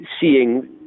seeing